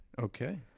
Okay